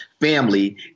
Family